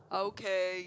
okay